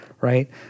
right